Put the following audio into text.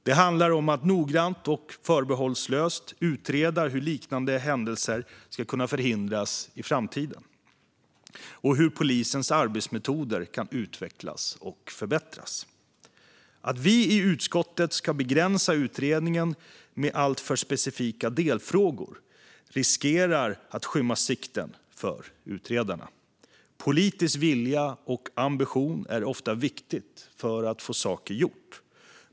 Det handlar om att noggrant och förbehållslöst utreda hur liknande händelser ska kunna förhindras i framtiden och hur polisens arbetsmetoder kan utvecklas och förbättras. Om vi i utskottet begränsar utredningen med alltför specifika delfrågor riskerar det att skymma sikten för utredarna. Politisk vilja och ambition är ofta viktigt för att få saker gjorda.